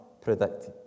predicted